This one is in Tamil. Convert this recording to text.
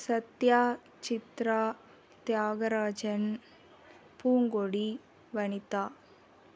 சத்யா சித்ரா தியாகராஜன் பூங்கோடி வனித்தா